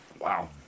Wow